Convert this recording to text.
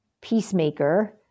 peacemaker